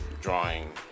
drawing